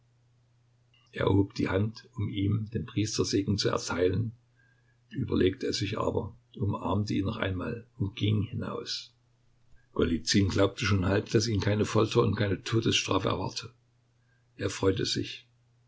er hob die hand um ihm den priestersegen zu erteilen überlegte es sich aber umarmte ihn noch einmal und ging hinaus golizyn glaubte schon halb daß ihn keine folter und keine todesstrafe erwarte er freute sich